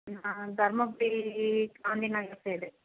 நான் தர்மபுரி காந்திநகர் சைடு